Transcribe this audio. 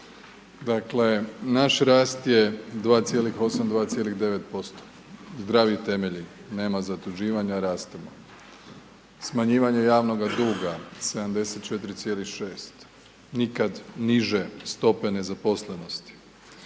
dakle, naš rast je 2,8, 2,9%. Zdravi temelji, nema zaduživanja, rastemo. Smanjivanje javnoga duga, 74,6. Nikad niže stope nezaposlenosti.